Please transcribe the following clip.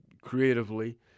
creatively